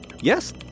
Yes